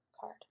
card